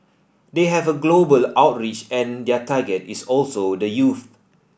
they have a global outreach and their target is also the youth